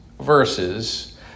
verses